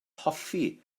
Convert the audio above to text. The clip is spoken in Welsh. hoffi